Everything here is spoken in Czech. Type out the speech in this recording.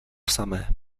samé